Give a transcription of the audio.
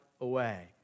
away